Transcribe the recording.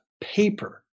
paper